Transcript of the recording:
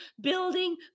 building